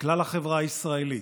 כלל החברה הישראלית,